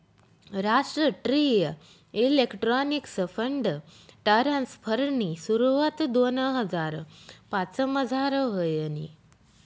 राष्ट्रीय electronics fund ट्रान्स्फरनी सुरवात दोन हजार पाचमझार व्हयनी